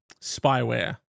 spyware